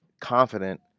confident